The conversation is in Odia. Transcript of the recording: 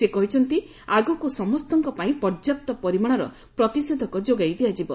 ସେ କହିଛନ୍ତି ଆଗକୁ ସମସ୍ତଙ୍କ ପାଇଁ ପର୍ଯ୍ୟାପ୍ତ ପରିମାଣର ପ୍ରତିଷେଧକ ଯୋଗାଇ ଦିଆଯିବ